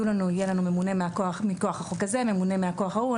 יהיה לנו ממונה מכוח החוק הזה וממונה מהכוח ההוא.